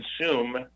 consume